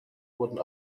wurden